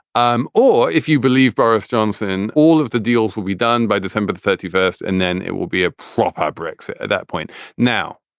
um or if you believe boris johnson, all of the deals will be done by december the thirty first, and then it will be a proper brexit. at that point now,